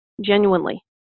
genuinely